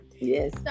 Yes